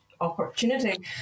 opportunity